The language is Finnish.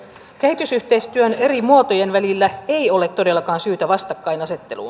kehitysyhteistyön eri muotojen välillä ei ole todellakaan syytä vastakkainasetteluun